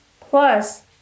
Plus